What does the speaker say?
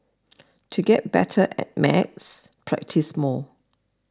to get better at maths practise more